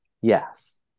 Yes